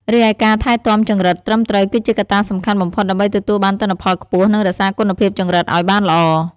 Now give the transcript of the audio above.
រីឯការថែទាំចង្រិតត្រឹមត្រូវគឺជាកត្តាសំខាន់បំផុតដើម្បីទទួលបានទិន្នផលខ្ពស់ និងរក្សាគុណភាពចង្រិតឲ្យបានល្អ។